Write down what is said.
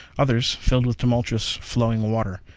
others filled with tumultuous flowing water.